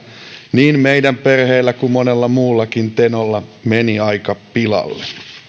niin meidän perheellä kuin monella muullakin tenolla meni aika pilalle